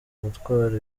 gutwara